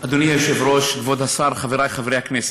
אדוני היושב-ראש, כבוד השר, חברי חברי הכנסת,